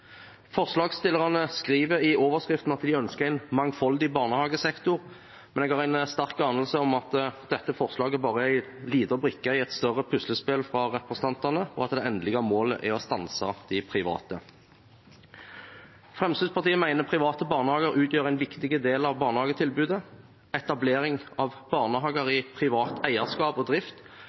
Forslagsstillerne skriver i overskriften at de ønsker en «mangfoldig barnehagesektor», men jeg har en sterk anelse om at dette forslaget bare er en liten brikke i et større puslespill fra representantene, og at det endelige målet er å stanse de private. Fremskrittspartiet mener private barnehager utgjør en viktig del av barnehagetilbudet. Etablering av barnehager i privat eierskap og drift